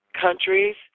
countries